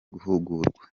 guhugurwa